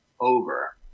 over